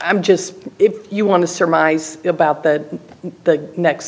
i'm just if you want to surmise about that the next